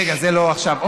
רגע, זה לא עכשיו.